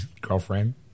girlfriend